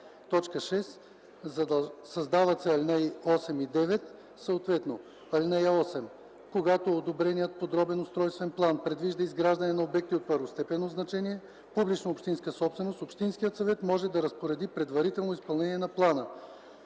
6. Създават се ал. 8 и 9: „(8) Когато одобреният подробен устройствен план предвижда изграждане на обекти от първостепенно значение – публична общинска собственост, общинският съвет може да разпореди предварително изпълнение на плана.